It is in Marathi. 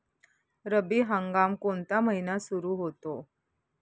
रब्बी हंगाम कोणत्या महिन्यात सुरु होतो?